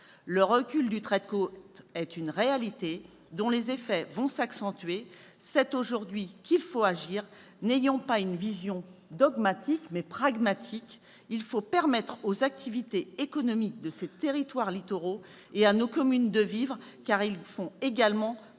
Le recul du trait de côte est une réalité, dont les effets vont s'accentuer. C'est aujourd'hui qu'il faut agir. N'ayons pas une vision dogmatique, mais soyons pragmatiques. Il faut permettre aux activités économiques de ces territoires littoraux et à nos communes de vivre, car elles font également